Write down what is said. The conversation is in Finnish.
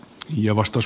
hyvä uudistus